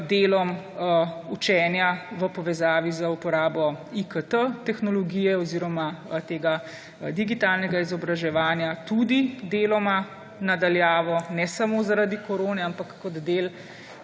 delom učenja v povezavi z uporabo IKT tehnologije oziroma tega digitalnega izobraževanja, tudi deloma na daljavo, ne samo zaradi korone, ampak kot del